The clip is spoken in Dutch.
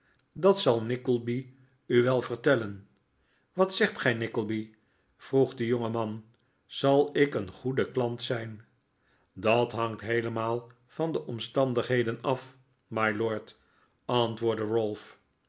dat zal nickleby u wel vertellen wat zegt gij nickleby vroeg de jongeman zal ik een goede klant zijn dat hangt heelemaal van omstandigheden af mylord antwoordde ralph